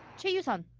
choi you-sun,